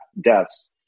deaths